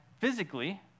physically